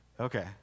Okay